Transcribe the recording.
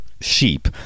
sheep